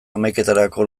hamaiketarako